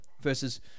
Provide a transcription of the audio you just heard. Versus